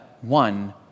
one